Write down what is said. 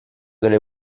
delle